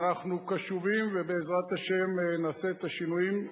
אנחנו קשובים, ובעזרת השם נעשה את השינויים.